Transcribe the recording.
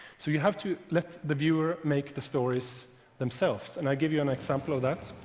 so you have to let the viewers make the stories themselves, and i'll give you an example of that.